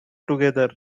together